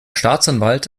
staatsanwalt